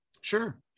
Sure